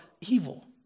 evil